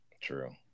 True